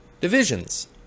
divisions